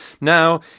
Now